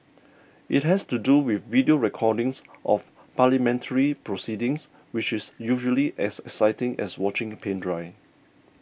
it has to do with video recordings of parliamentary proceedings which is usually as exciting as watching paint dry